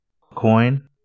coin